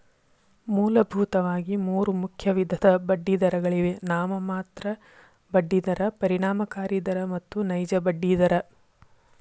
ಮೂಲಭೂತವಾಗಿ ಮೂರು ಮುಖ್ಯ ವಿಧದ ಬಡ್ಡಿದರಗಳಿವೆ ನಾಮಮಾತ್ರ ಬಡ್ಡಿ ದರ, ಪರಿಣಾಮಕಾರಿ ದರ ಮತ್ತು ನೈಜ ಬಡ್ಡಿ ದರ